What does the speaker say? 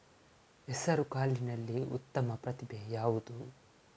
ಹೆಸರುಕಾಳಿನಲ್ಲಿ ಉತ್ತಮ ಪ್ರಭೇಧ ಯಾವುದು?